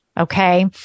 Okay